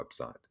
website